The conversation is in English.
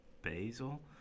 Basil